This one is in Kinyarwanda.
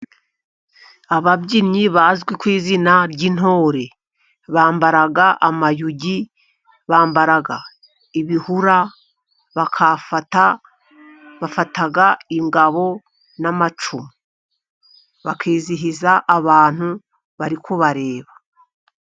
Ababyinnyi bazwi ku izina ry'intore bambara amayugi, bambara ibihura, bafata ingabo n'amacumu, bakizihiza abantu bari kubareba.